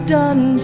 done